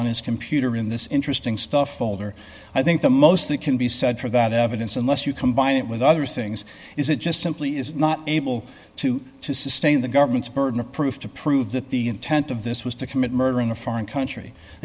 on his computer in this interesting stuff folder i think the most that can be said for that evidence unless you combine it with other things is it just simply is not able to sustain the government's burden of proof to prove that the intent of this was to commit murder in a foreign country